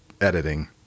editing